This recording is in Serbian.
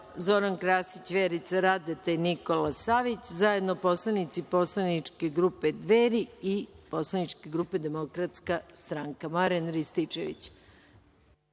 Zoran Krasić, Vjerica Radeta i Nikola Savić, zajedno poslanici poslaničke grupe Dveri i poslaničke grupe Demokratska stranka. Reč ima